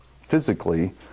physically